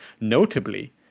notably